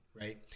Right